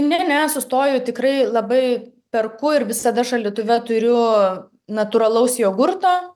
ne ne sustoju tikrai labai perku ir visada šaldytuve turiu natūralaus jogurto